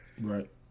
Right